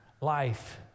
life